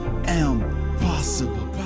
impossible